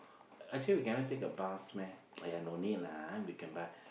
actually we cannot take a bus meh !aiya! no need lah we can buy